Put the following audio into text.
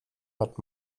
hat